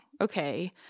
okay